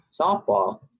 softball